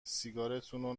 سیگارتونو